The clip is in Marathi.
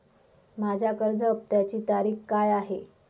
माझ्या कर्ज हफ्त्याची तारीख काय आहे?